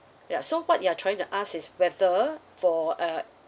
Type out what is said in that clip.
ya so what you are trying to ask is whether for uh